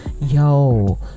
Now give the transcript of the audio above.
Yo